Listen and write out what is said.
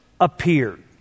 appeared